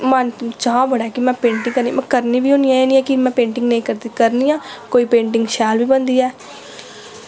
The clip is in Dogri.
मन चाऽ बड़ा ऐ कि में पेंटिंग करनी बी होन्नी आं एह् निं ऐ कि में पेंटिंग नेईं करदी करनी आं कोई पेंटिंग शैल बी बनदी ऐ